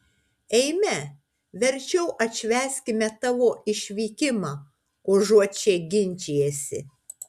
eime verčiau atšvęskime tavo išvykimą užuot čia ginčijęsi